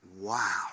Wow